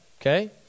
Okay